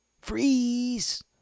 freeze